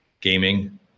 gaming